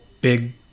big